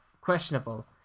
questionable